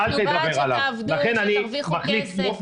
אנחנו בעד שתעבדו ותרוויחו כסף.